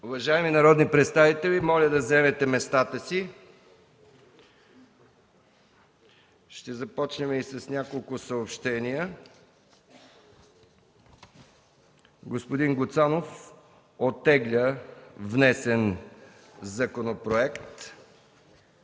Уважаеми народни представители, моля да заемете местата си. Ще започна с няколко съобщения: Господин Гуцанов оттегля внесен законопроект.